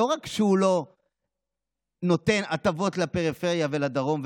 לא רק שהוא לא נותן הטבות לפריפריה ולדרום,